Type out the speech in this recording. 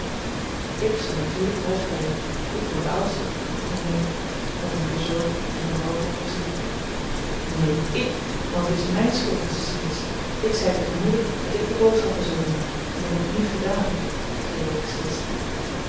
ik zal natuurlijk thuis blijven ik ben de oudste begon meta met een bezorgd en berouwvol gezicht neen ik want het is mijn schuld dat ze ziek is ik zei tegen moeder dat ik de boodschappen zou doen en ik heb het niet gedaan zei jo beslist